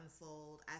unfold